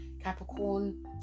Capricorn